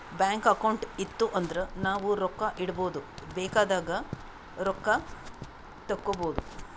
bank account ಇತ್ತು ಅಂದುರ್ ನಾವು ರೊಕ್ಕಾ ಇಡ್ಬೋದ್ ಬೇಕ್ ಆದಾಗ್ ರೊಕ್ಕಾ ತೇಕ್ಕೋಬೋದು